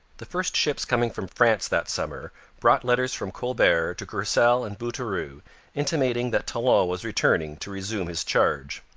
the first ships coming from france that summer brought letters from colbert to courcelle and bouteroue intimating that talon was returning to resume his charge.